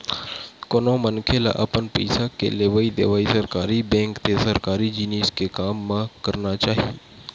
कोनो मनखे ल अपन पइसा के लेवइ देवइ सरकारी बेंक ते सरकारी जिनिस के काम म करना चाही